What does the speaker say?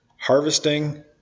harvesting